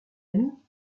amie